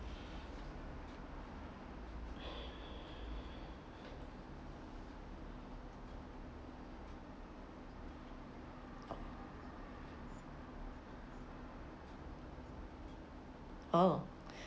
oh